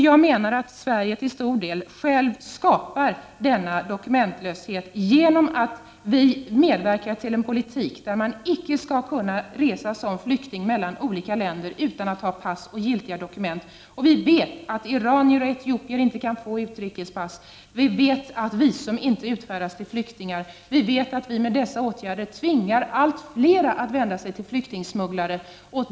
Jag menar att Sverige till stor del skapar denna dokumentlöshet genom att vi medverkar till en politik för att flyktingar icke skall kunna resa mellan olika länder utan att ha pass och giltiga dokument. Och vi vet att iranier och etiopier inte kan få utrikespass, vi vet att visum inte utfärdas till flyktingar, och vi vet att vi med dessa åtgärder tvingar allt fler att vända sig till flyktingsmugglare.